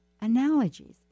analogies